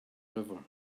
river